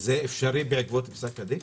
זה אפשרי בעקבות פסק הדין?